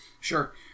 Sure